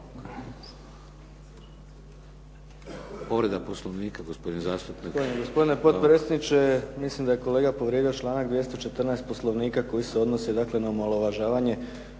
Povreda poslovnika gospodin zastupnik